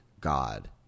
God